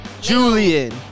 Julian